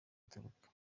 aturuka